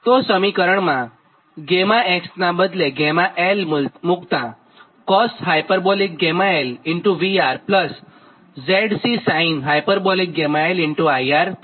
તો સમીકરણમાં 𝛾x નાં બદલે 𝛾𝑙 મુક્તાં cosh𝛾𝑙∗𝑉𝑅𝑍𝐶sinh𝛾𝑙∗𝐼𝑅 થાય